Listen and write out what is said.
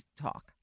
talk